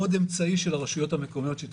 עוד אמצעי של הרשויות המקומיות, שתכירו,